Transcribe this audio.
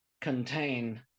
contain